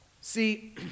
See